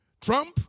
Trump